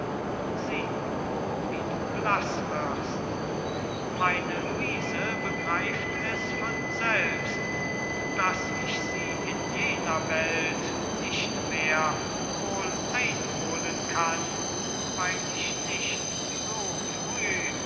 sieh wie du blaß wirst meine luise begreift es von selbst daß ich sie in jener welt nicht mehr wohl einholen kann weil ich nicht so früh